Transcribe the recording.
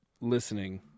listening